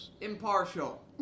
impartial